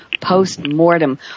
post-mortem